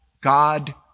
God